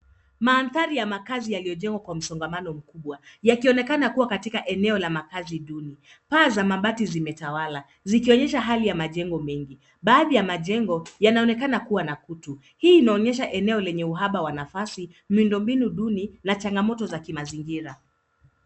Maeneo ya makazi ya ghorofa yamejaa watu, yakionekana kuwa katika eneo la makazi duni. Paa za mabati zimechawanyika, zikionyesha hali ya majengo mengi. Baadhi ya majengo yanaonekana kuwa yamezeeka. Hii inaonyesha eneo lenye uhaba wa nafasi, mwindombinu duni, na changamoto za kimazingira.